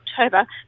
October